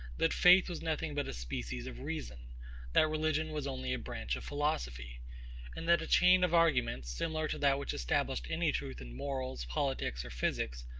that faith was nothing but a species of reason that religion was only a branch of philosophy and that a chain of arguments, similar to that which established any truth in morals, politics, or physics,